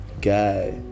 guy